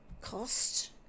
cost